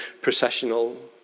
processional